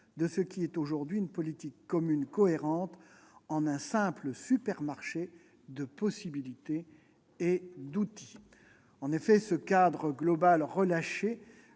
de ce qui est aujourd'hui une politique commune cohérente en un simple supermarché de possibilités et d'outils. En effet, ce cadre global relâché,